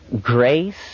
grace